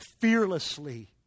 fearlessly